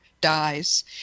dies